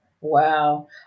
Wow